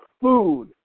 food